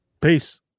Peace